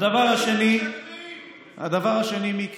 הדבר השני, מיקי,